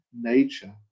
nature